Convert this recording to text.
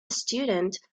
student